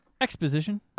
Exposition